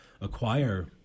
acquire